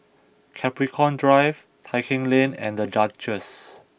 Capricorn Drive Tai Keng Lane and The Duchess